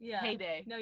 heyday